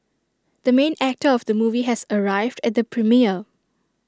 the main actor of the movie has arrived at the premiere